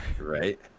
right